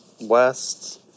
west